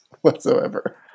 whatsoever